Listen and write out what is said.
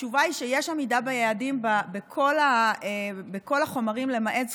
התשובה היא שיש עמידה ביעדים בכל החומרים למעט זכוכית,